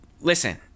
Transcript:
Listen